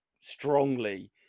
strongly